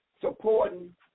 supporting